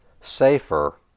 safer